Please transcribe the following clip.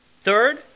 Third